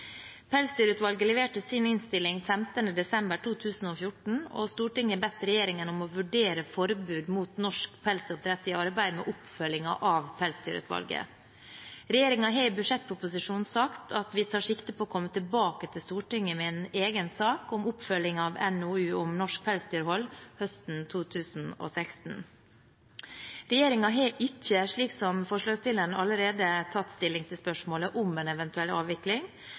Pelsdyrutvalget leverte sin innstilling 15. desember 2014, og Stortinget har bedt regjeringen om å vurdere forbud mot norsk pelsdyroppdrett i arbeidet med oppfølging av Pelsdyrutvalget. Regjeringen har i budsjettproposisjonen sagt at vi tar sikte på å komme tilbake til Stortinget med en egen sak om oppfølging av NOU om norsk pelsdyrhold høsten 2016. Regjeringen har ikke – slik som forslagsstilleren – allerede tatt stilling til spørsmålet om en eventuell avvikling,